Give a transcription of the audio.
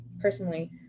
personally